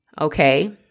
okay